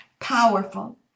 Powerful